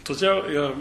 todėl ir